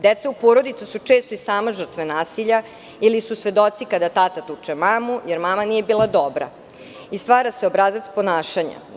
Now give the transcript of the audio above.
Deca u porodici su često i sama žrtve nasilja, ili su svedoci kada tata tuče mamu jer mama nije bila dobra i stvara se obrazac ponašanja.